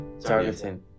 targeting